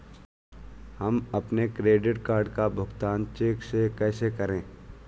हम अपने credit card का भुगतान चेक से कैसे करें?